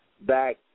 back